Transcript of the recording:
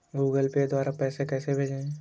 Google Pay द्वारा पैसे कैसे भेजें?